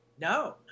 No